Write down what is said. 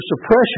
suppression